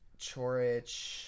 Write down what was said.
Chorich